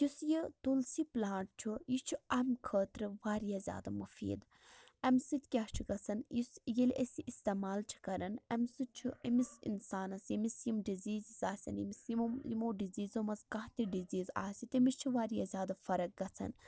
یُس یہِ تُلسی پٔلانٹ چھُ یہِ چھُ اَمہِ خٲطرٕ واریاہ زیادٕ مُفیٖد اَمہِ سۭتۍ کیاہ چھُ گژھان یُس ییٚلہِ أسۍ یہِ اِستعمال چھِ کران اَمہِ سۭتۍ چھُ أمِس اِنسانَس ییٚمِس یِم ڈِزیٖز آسان ییٚمِس یِمَو یِمو ڈِزیٖزو منٛز کانہہ تہِ ڈِزیٖز آسہِ تٔمِس چھُ واریاہ زیادٕ فرق گژھان